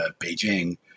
Beijing